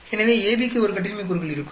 எனவே ABக்கு 1 கட்டின்மை கூறுகள் இருக்கும்